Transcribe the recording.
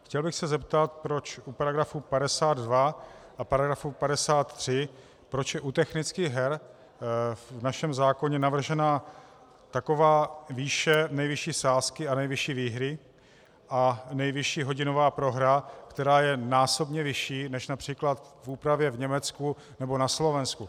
Chtěl bych se zeptat, proč u § 52 a § 53, proč je u technických her v našem zákoně navržena taková výše nejvyšší sázky a nejvyšší výhry a nejvyšší hodinová prohra, která je násobně vyšší než například v úpravě v Německu nebo na Slovensku.